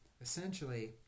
Essentially